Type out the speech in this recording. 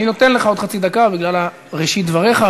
אני נותן לך עוד חצי דקה בגלל ראשית דבריך,